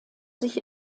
sich